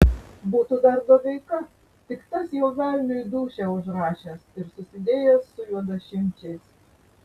būtų dar doveika tik tas jau velniui dūšią užrašęs ir susidėjęs su juodašimčiais